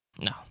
No